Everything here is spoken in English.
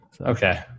Okay